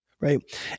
Right